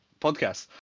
podcast